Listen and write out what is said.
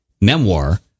memoir